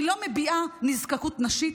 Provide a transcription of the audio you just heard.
אני לא מביעה נזקקות נשית,